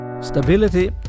Stability